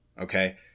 Okay